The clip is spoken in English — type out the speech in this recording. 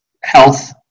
health